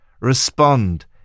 Respond